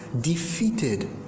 defeated